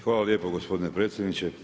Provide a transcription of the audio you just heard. Hvala lijepo gospodine predsjedniče.